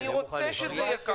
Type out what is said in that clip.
אני רוצה שזה יהיה כך.